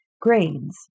grains